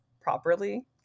properly